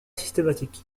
systématique